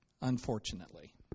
unfortunately